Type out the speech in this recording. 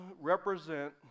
represent